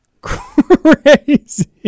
crazy